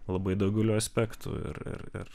labai daugeliu aspektų ir ir ir